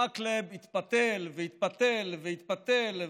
ומקלב התפתל והתפתל והתפתל,